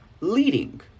leading